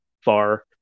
far